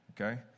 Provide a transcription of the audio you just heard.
Okay